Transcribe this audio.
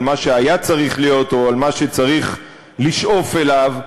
מה שהיה צריך להיות או על מה שצריך לשאוף אליו,